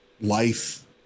life